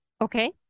Okay